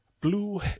Blue